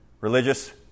Religious